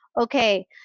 okay